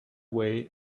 way